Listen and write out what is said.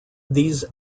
these